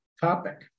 topic